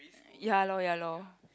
ya lor ya lor